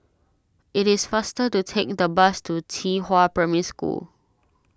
it is faster to take the bus to Qihua Primary School